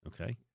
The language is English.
Okay